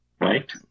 Right